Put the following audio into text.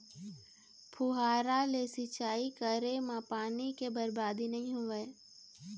फुहारा ले सिंचई करे म पानी के बरबादी नइ होवय